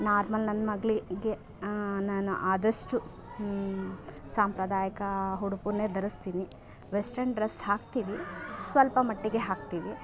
normal ನನ್ನ ಮಗಳಿಗೆ ನಾನು ಆದಷ್ಟು ಸಾಂಪ್ರದಾಯಿಕ ಉಡುಪುನ್ನೆ ಧರ್ಸ್ತೀನಿ ವೆಸ್ಟರ್ನ್ ಡ್ರಸ್ ಹಾಕ್ತೀವಿ ಸ್ವಲ್ಪ ಮಟ್ಟಿಗೆ ಹಾಕ್ತೀವಿ